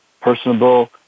personable